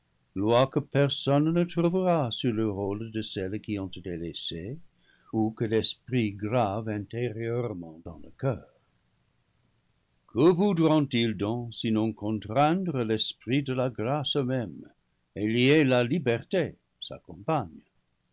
lois que personne ne trouvera sur le rôle de celles qui ont été laissées ou que l'es prit grave intérieurement dans le coeur que voudront ils donc sinon contraindre l'esprit de la grâce même et lier la liberté